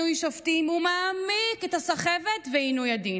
שופטים ומעמיק את הסחבת ועינוי הדין,